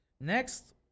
Next